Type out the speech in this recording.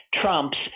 Trump's